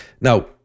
now